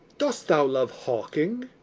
dost thou love hawking?